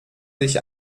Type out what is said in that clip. sich